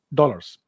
dollars